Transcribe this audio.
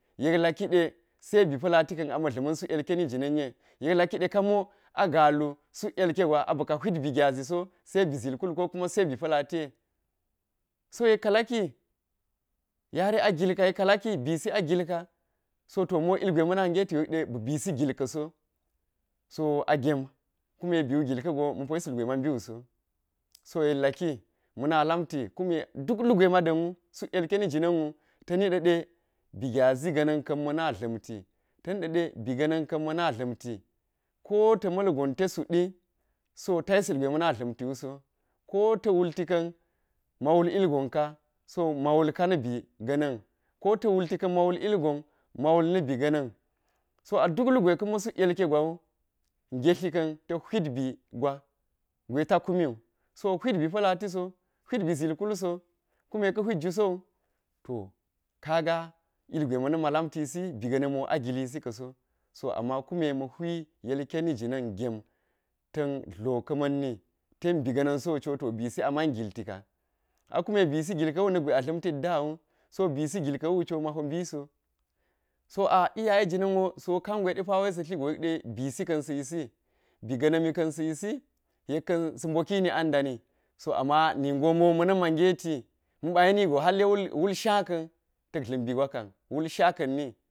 Yek laki de se bi pa̱lati ka̱n ama̱ dla̱ma̱n suk yilkeni jina̱n ye, yek laki ɗe ka mo a galu suk yilke gwa a bi ka hwid bi gyazi so se bi zil kul ko kume bi pa̱lati ye, so yekka laki yare a gilka kekka laki bisi a gilka a̱ so, to mo ilgwe ma̱na ngeti go bi bisi gilka̱ so, so a gem kume biwu gilka̱ go ma̱po yis ilgwe ma mbiwuso, so yek laki kume duk lugwe ma da̱nwu kume suk yilkeni jina̱n wu bi gyazi ga̱na̱n ka̱n ma̱na dla̱mti, ta̱ niɗa̱ɗe bi ga̱ na̱n kan ma̱na dla̱mti ko ta̱ ma̱lgon te suɗi so ta yisi yilgwe ma̱na ɗla̱mti ilgwe ka̱na dla̱mtiwu so, ko ta̱ wulti ka̱n ka wul ka so ma wulka na̱ bi ga̱na̱n ko ta̱ wulti ka̱n ma wul ilgon ma wulka na bi ga̱na̱n, so a duk lugwe ko ma suk yilke gwawu ngetii ka̱n ta̱k hwit bi gwa gwe ta kumi, so hwit bi pa̱lati so, hwit bi zil kul so kume ka̱ hwit gwi so to kaga ilgwe ma̱na̱nma lamti si bi ga̱na̱mi wo a gilisi ka̱so so ama kume ma̱ hwi yilkeni jina̱n gem ta̱n dloka̱ma̱nni tem bi ga̱na̱nso cwo bisi a man giltika a kume biis gilka̱wu na̱ggwe a dla̱m teddawo so bisi gilka̱wu cwo mapo mbiso so a iyaye jina̱n so kangwe depa wo sa̱ tligo yek ɗe bisi ka̱n sa̱ yisi bi ga̱na̱min ka̱ yisi yekka̱n sa̱ mbokini an dani so ama mo ningo ma̱na̱n ma ngeti ma̱ɓa yeni go hallewul sha ka̱n ta̱k dla̱m bi gwa kam wul shaka̱nni.